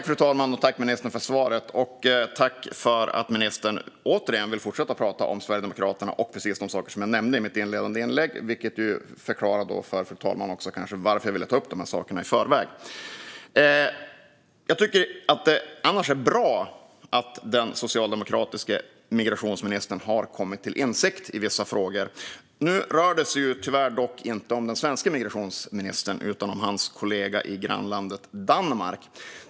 Fru talman! Tack för svaret, ministern! Jag tackar också för att ministern återigen vill prata om Sverigedemokraterna och precis de saker jag nämnde i mitt inledande inlägg, vilket kanske även förklarar för fru talmannen varför jag ville ta upp dem i förväg. Jag tycker annars att det är bra att den socialdemokratiske migrationsministern har kommit till insikt i vissa frågor. Det rör sig dock tyvärr inte om den svenske migrationsministern utan om hans kollega i grannlandet Danmark.